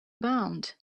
bound